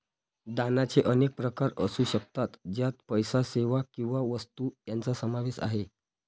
दानाचे अनेक प्रकार असू शकतात, ज्यात पैसा, सेवा किंवा वस्तू यांचा समावेश आहे